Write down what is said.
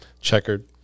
checkered